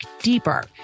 deeper